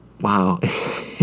wow